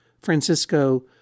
Francisco